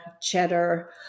cheddar